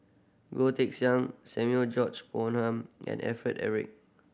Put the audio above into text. Goh Teck Sian Samuel George Bonham and Alfred Eric